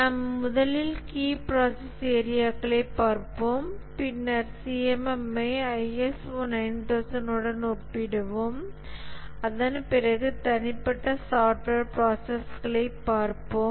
நாம் முதலில் key process ஏரியாக்களை பார்ப்போம் பின்னர் CMM ஐ ISO 9001 உடன் ஒப்பிடுவோம் அதன் பிறகு தனிப்பட்ட சாஃப்ட்வேர் ப்ராசஸ்ஸை பார்ப்போம்